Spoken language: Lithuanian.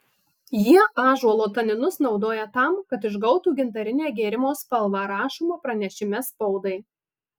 jie ąžuolo taninus išnaudoja tam kad išgautų gintarinę gėrimo spalvą rašoma pranešime spaudai